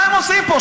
מה הם עושים פה?